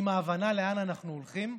עם ההבנה לאן אנחנו הולכים.